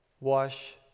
wash